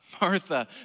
Martha